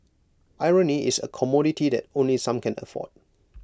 irony is A commodity that only some can afford